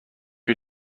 you